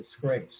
disgrace